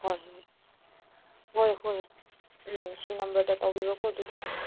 ꯍꯣꯏ ꯍꯣꯏ ꯍꯣꯏ ꯎꯝ ꯁꯤ ꯅꯝꯕꯔꯗ ꯇꯧꯕꯤꯔꯣꯀꯣ ꯑꯗꯨꯗꯤ